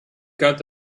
got